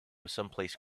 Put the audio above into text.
someplace